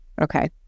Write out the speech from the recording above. Okay